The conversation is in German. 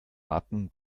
warten